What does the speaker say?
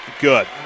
Good